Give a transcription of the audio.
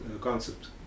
concept